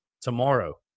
Tomorrow